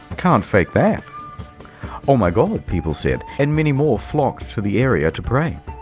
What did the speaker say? can't fake that oh my god, people said. and many more flocked to the area to pray.